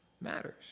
matters